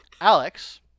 Alex